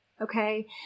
Okay